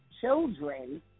children